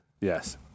Yes